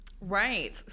Right